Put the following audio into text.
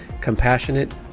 compassionate